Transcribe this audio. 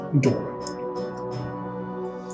door